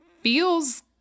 feels